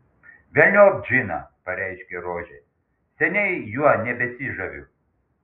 velniop džiną pareiškė rožė seniai juo nebesižaviu